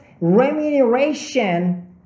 remuneration